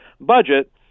budget